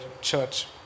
church